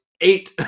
eight